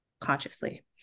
consciously